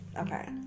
okay